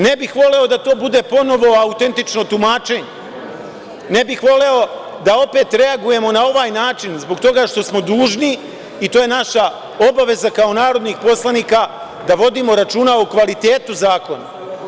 Ne bih voleo da to bude ponovo autentično tumačenje, ne bih voleo da opet reagujemo na ovaj način zbog toga što smo dužni i to je naša obaveza kao narodnih poslanika da vodimo računa o kvalitetu zakona.